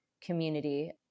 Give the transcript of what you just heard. community